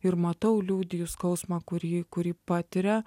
ir matau liudiju skausmą kurį kurį patiria